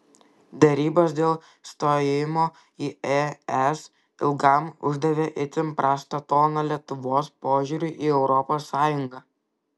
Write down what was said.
derybos dėl stojimo į es ilgam uždavė itin prastą toną lietuvos požiūriui į europos sąjungą